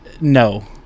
no